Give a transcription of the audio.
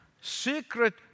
secret